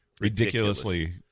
ridiculously